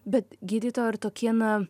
bet gydytoja ar tokie na